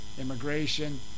immigration